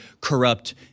corrupt